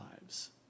lives